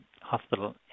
Hospital